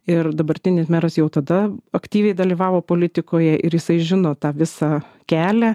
ir dabartinis meras jau tada aktyviai dalyvavo politikoje ir jisai žino tą visą kelią